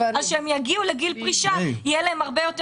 כשהן יגיעו לגיל פרישה יהיה להן הרבה יותר